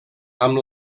amb